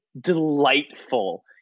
delightful